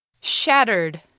Shattered